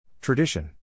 Tradition